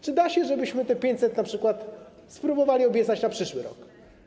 Czy da się, żebyśmy te 500 zł np. spróbowali obiecać na przyszły rok?